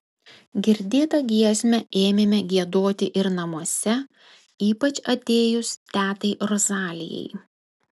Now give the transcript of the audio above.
girdėtą giesmę ėmėme giedoti ir namuose ypač atėjus tetai rozalijai